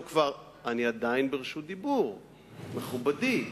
אני עדיין ברשות דיבור, מכובדי.